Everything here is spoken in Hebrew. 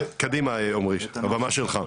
בבקשה, קדימה עומרי, הבמה שלך.